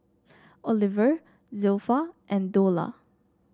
Oliver Zilpha and Dola